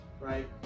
right